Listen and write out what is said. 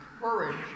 courage